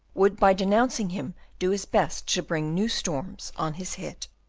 would by denouncing him do his best to bring new storms on his head.